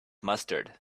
mustard